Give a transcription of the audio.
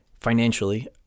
financially